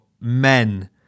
men